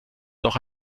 doch